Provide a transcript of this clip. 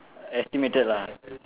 estimated lah